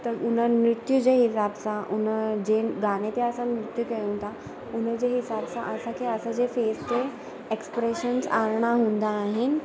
त उन्हनि नृत्य जे हिसाब सां उन जे गाने ते असां नृत्य कयूं था उन जे हिसाब सां असांखे असांजे फेस ते एक्सप्रेशन्स आणिणा हूंदा आहिनि